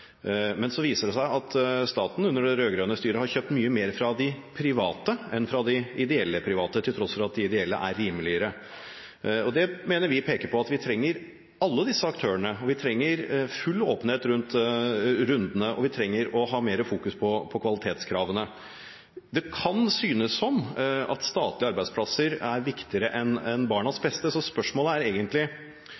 Men så viser det seg at staten under det rød-grønne styret har kjøpt mye mer fra de private enn fra de ideelle private, til tross for at de ideelle er rimeligere. Det mener vi viser at vi trenger alle disse aktørene, vi trenger full åpenhet rundt rundene, og vi trenger å ha mer fokus på kvalitetskravene. Det kan synes som at statlige arbeidsplasser er viktigere enn barnas